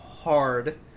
hard